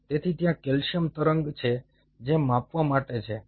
તેથી ત્યાં કેલ્શિયમ તરંગ છે જે માપવા માટે છે